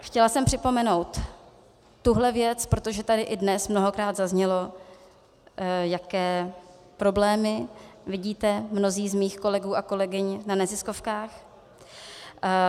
Chtěla jsem připomenout tuhle věc, protože tady i dnes mnohokrát zaznělo, jaké problémy vidíte mnozí z mých kolegů a kolegyň na neziskovkách.